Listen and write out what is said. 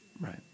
right